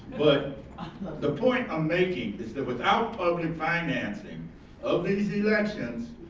but the point i'm making is that without public financing of these elections,